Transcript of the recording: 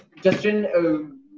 Justin